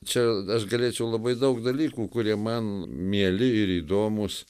čia aš galėčiau labai daug dalykų kurie man mieli ir įdomūs